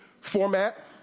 format